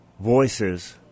voices